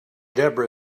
debra